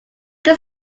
can